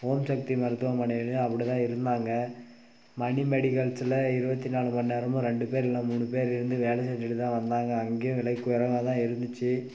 ஓம் சக்தி மருத்துவமனையிலேயும் அப்படி தான் இருந்தாங்க மணி மெடிக்கல்ஸில் இருபத்தி நாலு மணிநேரமும் ரெண்டு பேர் இல்லைனா மூணு பேர் இருந்து வேலை செஞ்சுட்டு தான் வந்தாங்க அங்கேயும் விலை குறைவாக தான் இருந்துச்சு